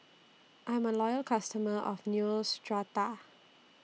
I'm A Loyal customer of Neostrata